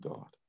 God